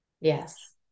Yes